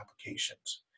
applications